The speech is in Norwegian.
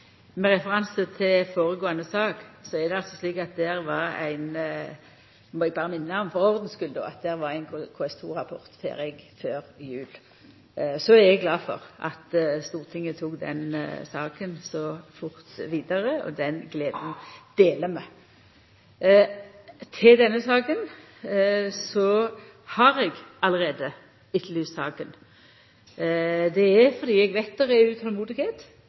Med referanse til tidlegare sak må eg få minna om at ein KS2-rapport var ferdig før jul. Så er eg glad for at Stortinget tok den saka så fort vidare. Den gleda deler vi. Når det gjeld denne saka om Bergensprogrammet, har eg allereie etterlyst ho. Det er fordi eg veit at det er utolmod når det gjeld å følgja opp programmet. Det er både i Bergen og